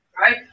right